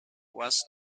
was